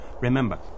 Remember